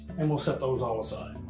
and we'll set those all aside.